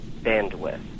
bandwidth